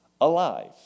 alive